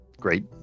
great